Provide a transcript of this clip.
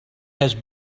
has